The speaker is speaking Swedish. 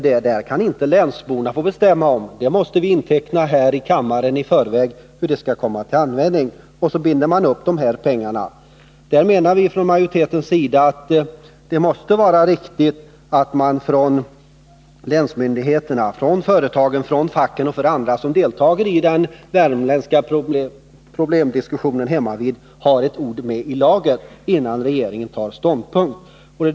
De säger att länsborna inte kan få bestämma hur dessa 20 milj.kr. skall komma till användning, utan det måste vi göra här i kammaren. Därmed binder de upp dessa pengar. Från majoritetens sida menar vi att det måste vara riktigt att länsmyndigheterna, företagen, facken och andra som deltar i den värmländska problemdiskussionen hemmavid får ett ord med i laget innan regeringen tar ställning.